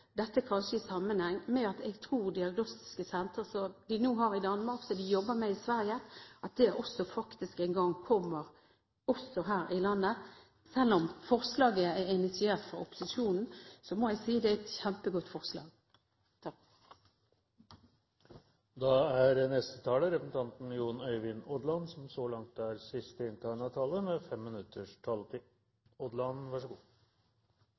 Dette bør kanskje også tenkes i sammenheng med at jeg tror diagnostiske sentre – som de nå har i Danmark, og som de jobber med i Sverige – også faktisk en gang kommer her i landet. Selv om forslaget er initiert fra opposisjonen, må jeg si at det er et kjempegodt forslag. Det er veldig merkelig at de kanskje viktigste debattene i denne salen foregår med